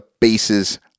bases